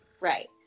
Right